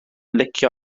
licio